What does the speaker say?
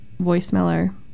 voicemailer